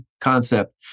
concept